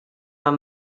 are